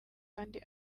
kandi